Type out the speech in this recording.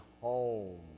home